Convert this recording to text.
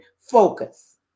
focus